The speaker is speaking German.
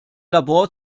labor